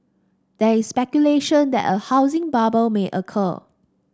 there is speculation that a housing bubble may occur